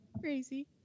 crazy